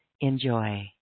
Enjoy